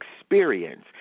experience